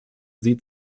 sie